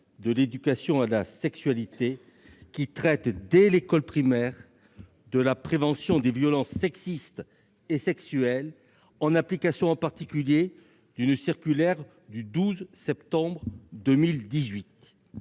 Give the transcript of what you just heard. de l'éducation à la sexualité, qui traite dès l'école primaire de la prévention des violences sexistes et sexuelles, en application notamment d'une circulaire du 12 septembre 2018.